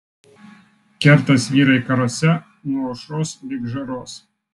kertas vyrai karuose nuo aušros lig žaros